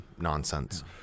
nonsense